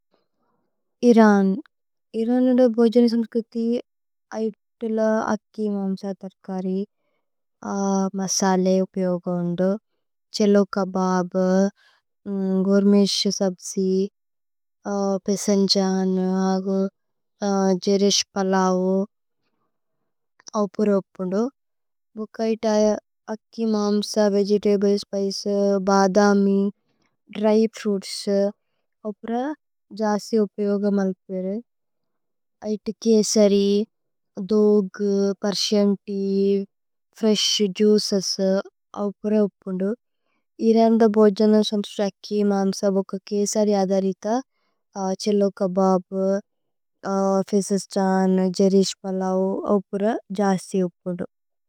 ഇരന് ഇരനദ ബോജന സന്സ്ക്രിതി ഐത ല അക്കി മമ്സ। തര്കരി മസലേ ഉപിഓഗോ അന്ദോ। ഛ്ഹലോ കബബ്, ഗോര്മേശ്। സബ്ജി പേസന്ജന് അഗോ ജേരേശ് പലഓ ഔപുര ഉപോന്ദോ। ഭുക്കൈത് ഐത അക്കി മമ്സ വേഗേതബ്ലേ സ്പിചേ ഭദമി। ദ്ര്യ് ഫ്രുഇത്സ് ഔപുര ജസ്തി ഉപിഓഗോ മല്പേരേ ഐത। കേസരി ദോഗ് പേര്സിഅന് തേഅ ഫ്രേശ് ജുഇചേസ് ഔപുര। ഉപോന്ദോ ഇരനദ ബോജന സന്സ്ക്രിതി മമ്സ ബുക്ക। കേസരി ഐത ഐത ഛ്ഹലോ കബബ്। പേസന്ജന് ജേരേശ് പലഓ ഔപുര ജസ്തി ഉപിഓഗോ।